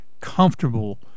comfortable